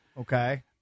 okay